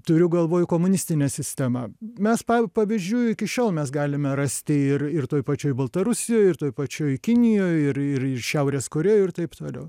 turiu galvoj komunistinė sistema mes pa pavyzdžių iki šiol mes galime rasti ir ir toj pačioj baltarusijoj ir toj pačioj kinijoj ir ir šiaurės korėjoj ir taip toliau